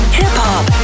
hip-hop